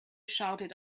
shouted